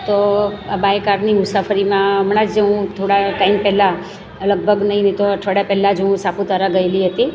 તો આ બાય કારની મુસાફરીમાં હમણાં જ હું થોડા ટાઈમ પહેલા લગભગ નઈ નઈ તો અઠવાડિયા પેલાં જ હું સાપુતારા ગયેલી હતી